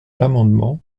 l’amendement